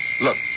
Look